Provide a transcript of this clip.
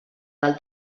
del